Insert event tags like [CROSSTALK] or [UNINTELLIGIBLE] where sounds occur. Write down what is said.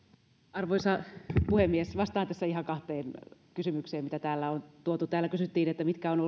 arvoisa puhemies vastaan tässä ihan kahteen kysymykseen mitä täällä on tuotu täällä kysyttiin mitkä ovat [UNINTELLIGIBLE]